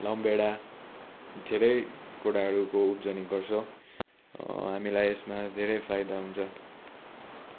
रामभेडा धेरै कुराहरूको उब्जनी गर्छौँ हामीलाई यसमा धेरै फाइदा हुन्छ